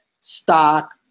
stock